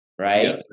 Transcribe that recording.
right